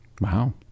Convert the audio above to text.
Wow